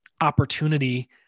opportunity